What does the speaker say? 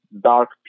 dark